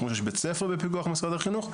כמו שיש בית ספר בפיקוח משרד החינוך,